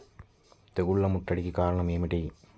తెగుళ్ల ముట్టడికి కారణం ఏమిటి?